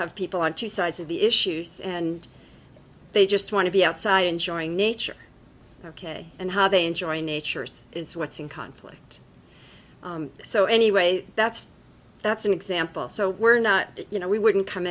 have people on two sides of the issues and they just want to be outside enjoying nature ok and how they enjoy nature it's what's in conflict so anyway that's that's an example so we're not you know we wouldn't come